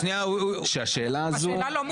בסדר, גלעד,